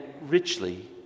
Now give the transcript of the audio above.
richly